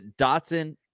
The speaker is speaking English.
Dotson